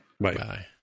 Bye